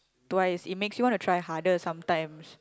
twice it makes you wanna try harder sometimes